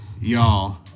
y'all